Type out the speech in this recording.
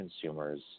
consumers